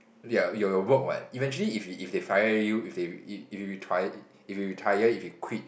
ya your your work what eventually if if they fire you if they if if you reti~ if you retire if you quit